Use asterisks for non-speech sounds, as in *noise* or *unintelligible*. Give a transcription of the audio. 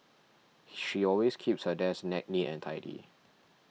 she always keeps her desk *unintelligible* and tidy